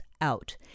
out